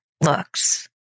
looks